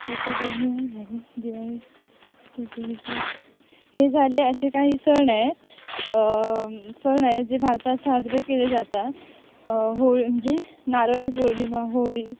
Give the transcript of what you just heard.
वटपौर्णिमा झाली दिवाळी हे झाले असे काही सण आहेत सण आहेत जे भारतात साजरे केले जातात होळी म्हणजे नारळी पौर्णिमा होळी